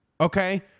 okay